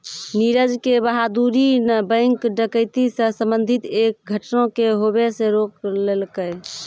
नीरज के बहादूरी न बैंक डकैती से संबंधित एक घटना के होबे से रोक लेलकै